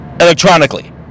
electronically